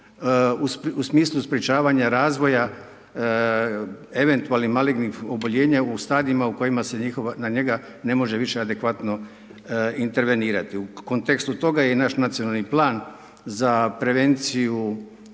u smislu sprječavanja razvoja eventualnih malignih oboljenja u stadijima u kojima se na njega više ne može adekvatno intervenirati. U kontekstu toga je i naš nacionalni plan za prevenciju